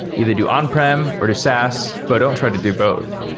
either do on-prem, or do saas, but don't try to do both.